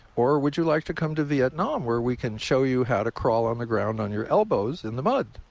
or would you like to come to vietnam where we can show you how to crawl on the ground on your elbows in the mud?